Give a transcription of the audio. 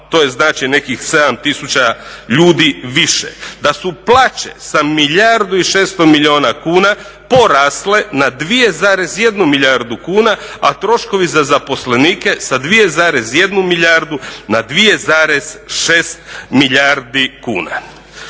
to je znači nekih 7 tisuća ljudi više. Da su plaće sa milijardu i 600 milijuna kuna porasle na 2,1 milijardu kuna, a troškovi za zaposlenike sa 2,1 milijardu na 2,6 milijardi kuna.